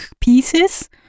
pieces